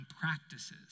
practices